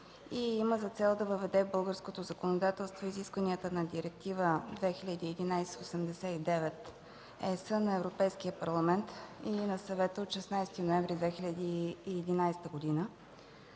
има за цел да въведе в българското законодателство изискванията на Директива 2011/89/ЕС на Европейския парламент и на Съвета от 16 ноември 2011 г.,